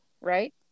right